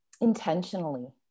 intentionally